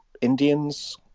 indians